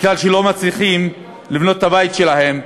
מפני שלא מצליחים לבנות את הבית שלהם.